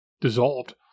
dissolved